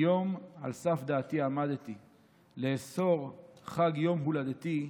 מיום על סף דעתי עמדתי, / לאסור חג יום הולדתי,